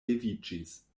leviĝis